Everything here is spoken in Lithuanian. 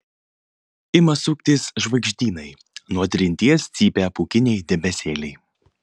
ima suktis žvaigždynai nuo trinties cypia pūkiniai debesėliai